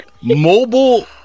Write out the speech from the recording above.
Mobile